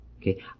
Okay